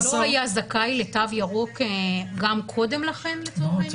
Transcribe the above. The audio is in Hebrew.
מי שלא היה זכאי לתו ירוק גם קודם לכן לצורך העניין?